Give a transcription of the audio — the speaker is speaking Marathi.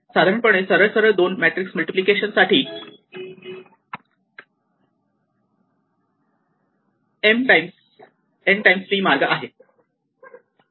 साधारणपणे सरळ सरळ दोन मॅट्रिक्स मल्टिप्लिकेशन साठी m times n times p मार्ग आहे